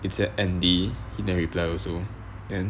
it's a~ andy he never reply also then